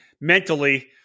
mentally